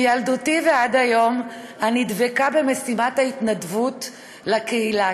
מילדותי ועד היום אני דבקה במשימת ההתנדבות לקהילה,